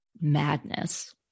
madness